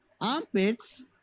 Armpits